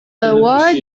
award